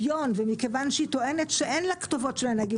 מכיוון שהמשטרה טוענת שאין לה כתובות של הנהגים